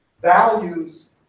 values